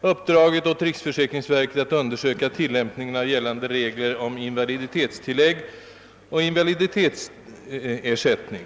uppdragit åt riksförsäkringsverket att undersöka tillämp ningen av gällande regler om invaliditetstillägg och invaliditetsersättning.